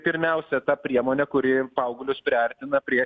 pirmiausia ta priemonė kuri paauglius priartina prie